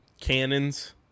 cannons